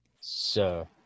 Sir